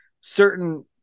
certain